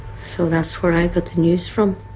so that's where i got the news from.